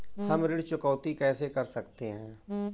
हम ऋण चुकौती कैसे कर सकते हैं?